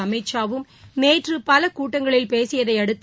அமித்ஷாவும் நேற்று பல கூட்டங்களில் பேசியதை அடுத்து